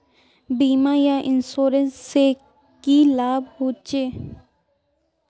बीमा या इंश्योरेंस से की लाभ होचे?